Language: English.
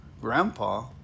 grandpa